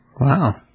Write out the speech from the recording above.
wow